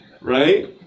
Right